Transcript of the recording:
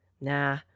Nah